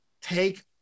take